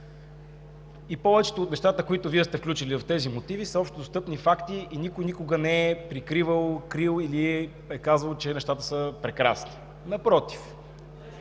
Повечето от нещата, които Вие сте включили в тези мотиви, са общодостъпни факти и никой никога не е прикривал, криел или е казвал, че нещата са прекрасни. Напротив!